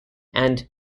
and